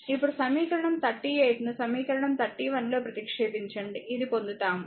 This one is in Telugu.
ఇప్పుడుసమీకరణం 38 ను సమీకరణం 31 లో ప్రతిక్షేపించండి ఇది పొందుతాము